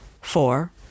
Four